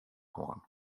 hân